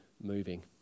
moving